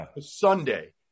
Sunday